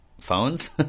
phones